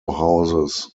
houses